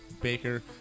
Baker